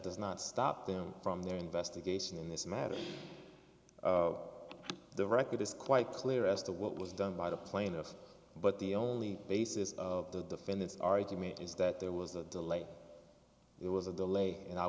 does not stop them from their investigation in this matter the record is quite clear as to what was done by the plaintiffs but the only basis of the defendant's argument is that there was a delay there was a delay and i